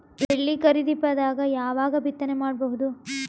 ಎಳ್ಳು ಖರೀಪದಾಗ ಯಾವಗ ಬಿತ್ತನೆ ಮಾಡಬಹುದು?